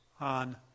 on